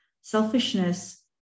Selfishness